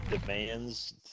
demands